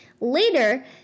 Later